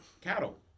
cattle